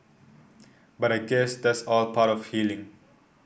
but I guess that's all part of healing